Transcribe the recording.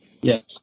Yes